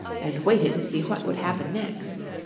and waited to see what would happen next.